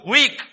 Weak